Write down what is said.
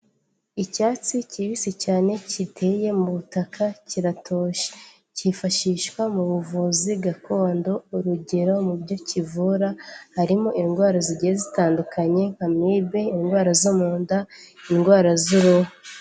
Icyatsi kibisi cyane kiteye mu butaka kiratoshye, cyifashishwa mu buvuzi gakondo, urugero mu byo kivura harimo indwara zigiye zitandukanye, amibe indwara zo mu nda, indwara z'uruhu.